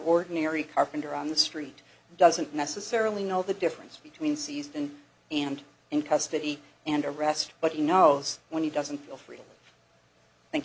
ordinary carpenter on the street doesn't necessarily know the difference between season and in custody and arrest but he knows when he doesn't feel free